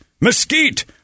mesquite